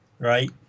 Right